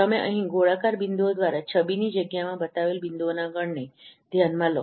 તમે અહીં ગોળાકાર બિંદુઓ દ્વારા છબીની જગ્યામાં બતાવેલ બિંદુઓના ગણને ધ્યાનમાં લો